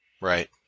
Right